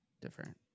different